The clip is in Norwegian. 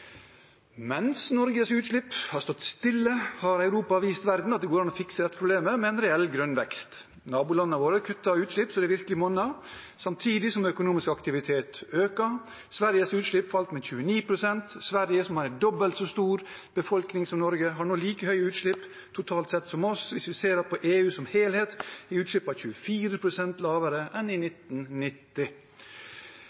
Mens Norges utslipp har stått stille, har Europa vist verden at det går an å fikse dette problemet med en reell grønn vekst. Nabolandene våre kutter utslipp så det virkelig monner, samtidig som den økonomiske aktiviteten øker. Sveriges utslipp falt med 29 pst. Sverige, som har en dobbelt så stor befolkning som Norge, har nå like høye utslipp totalt sett som oss. Hvis vi ser på EU som helhet, er utslippene 24 pst. lavere enn i